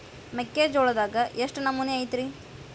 ಮೆಕ್ಕಿಜೋಳದಾಗ ಎಷ್ಟು ನಮೂನಿ ಐತ್ರೇ?